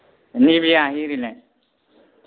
Nivea आरिलाय